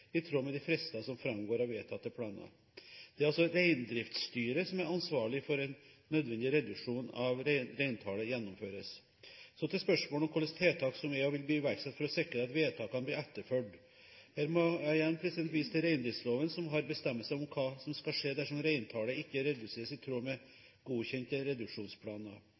i tråd med de frister som framgår av vedtatte planer. Det er altså Reindriftsstyret som er ansvarlig for at en nødvendig reduksjon av reintallet gjennomføres. Så til spørsmålet som hvilke tiltak som er og vil bli iverksatt for å sikre at vedtakene blir etterfulgt. Her må jeg igjen vise til reindriftsloven, som har bestemmelser om hva som skal skje dersom reintallet ikke reduseres i tråd med godkjente reduksjonsplaner.